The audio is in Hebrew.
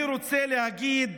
אני רוצה להגיד